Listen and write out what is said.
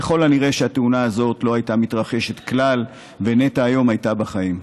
ככל הנראה התאונה הזאת לא הייתה מתרחשת כלל ונטע הייתה היום בחיים.